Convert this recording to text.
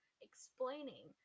explaining